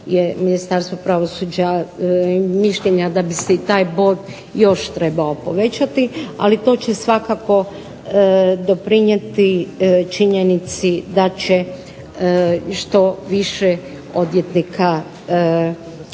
Ministarstvo pravosuđa mišljenja da bi se taj bod još trebao povećati, ali to će svakako doprinijeti činjenici da će što više odvjetnika imati